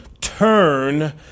turn